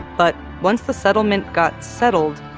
but once the settlement got settled,